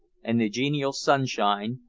and the genial sunshine,